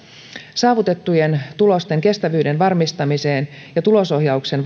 saavutettujen tulosten kestävyyden varmistamiseen ja tulosohjauksen